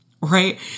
right